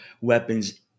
weapons